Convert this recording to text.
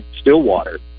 Stillwater